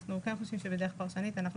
אנחנו כן חושבים שבדרך פרשנית אנחנו